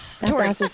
Tori